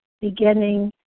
beginning